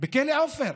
לכלא עופר,